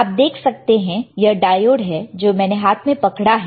आप देख सकते हैं यह डायोड है जो मैंने हाथ में पकड़ा है